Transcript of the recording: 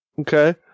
Okay